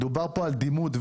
דובר פה על דימות,